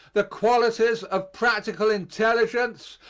the qualities of practical intelligence,